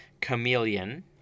Chameleon